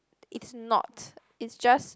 it's not it's just